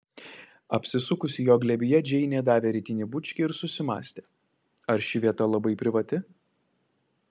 apsisukusi jo glėbyje džeinė davė rytinį bučkį ir susimąstė ar ši vieta labai privati